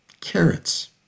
carrots